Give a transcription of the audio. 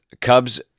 Cubs